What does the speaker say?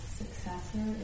successor